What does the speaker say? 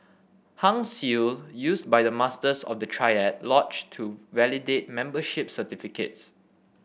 Hung Seal used by the Masters of the triad lodge to validate membership certificates